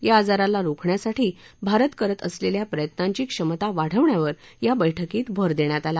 या आजाराला रोखण्यासाठी भारत करत असलखिा प्रयत्नांची क्षमता वाढवण्यावर या बैठकीत भर दख्यात आला